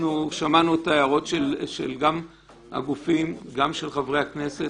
שמענו את ההערות, גם של הגופים, גם של חברי הכנסת.